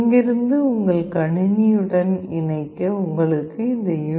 இங்கிருந்து உங்கள் கணினியுடன் இணைக்க உங்களுக்கு இந்த யூ